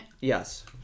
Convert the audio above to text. Yes